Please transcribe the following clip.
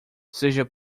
seja